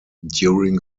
during